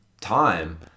time